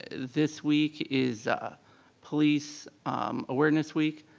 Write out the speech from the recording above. this week is police awareness week,